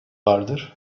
vardır